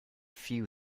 few